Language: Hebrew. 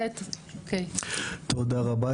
תודה רבה.